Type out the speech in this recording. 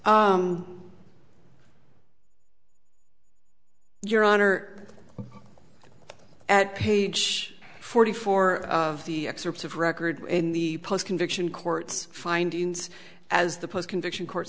your honor at page forty four of the excerpts of record in the post conviction court's findings as the post conviction court